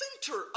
center